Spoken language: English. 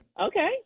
Okay